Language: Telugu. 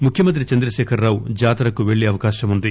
ముఖ్యమంత్రి చంద్రశేఖరరావు జాతరకు వెల్లే అవకాశముంది